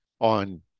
on